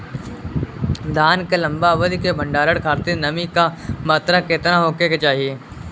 धान के लंबा अवधि क भंडारण खातिर नमी क मात्रा केतना होके के चाही?